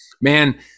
man